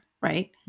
Right